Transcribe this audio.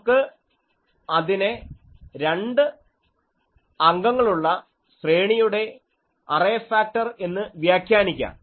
നമുക്ക് അതിനെ രണ്ട് അംഗങ്ങളുള്ള ശ്രേണിയുടെ അറേ ഫാക്ടർ എന്ന് വ്യാഖ്യാനിക്കാം